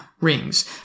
rings